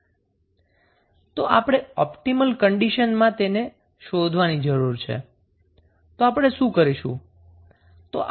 તો આપણે optimal condition માં તેને શોધવાની જરૂર છે તો આપણે શું કરીશું